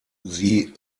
sie